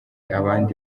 abandi